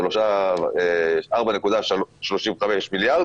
4.35 מיליארד